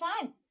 time